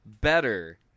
better